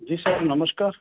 જી સાહેબ નમસ્કાર